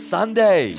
Sunday